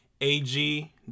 ag